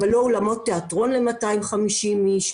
אבל לא אולמות תיאטרון ל-250 איש,